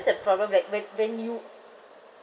the problem right when when you